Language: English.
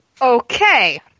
Okay